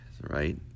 right